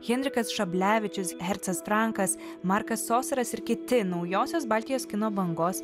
henrikas šablevičius hercas frankas markas sosaras ir kiti naujosios baltijos kino bangos